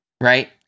right